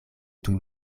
tuj